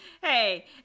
Hey